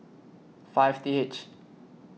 five T H